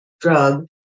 drug